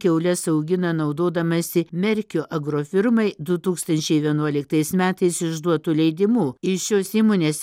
kiaules augina naudodamasi merkio agrofirmai du tūkstančiai vienuoliktais metais išduotu leidimu iš šios įmonės